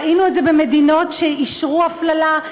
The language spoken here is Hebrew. ראינו את זה במדינות שאישרו הפללה,